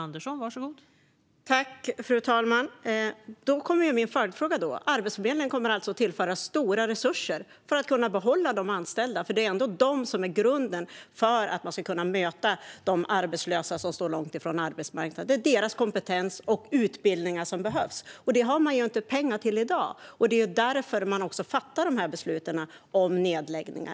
Fru talman! Då kommer min följdfråga: Arbetsförmedlingen kommer alltså att tillföras stora resurser för att kunna behålla de anställda? Det är ju ändå de som är grunden för att man ska kunna möta de arbetslösa som står långt ifrån arbetsmarknaden. Deras kompetens och utbildning behövs, och det har man inte pengar till i dag. Det är också därför man fattar de här besluten om nedläggning.